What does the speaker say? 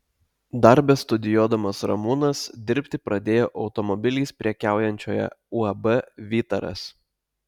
dar bestudijuodamas ramūnas dirbti pradėjo automobiliais prekiaujančioje uab vytaras